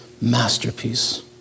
masterpiece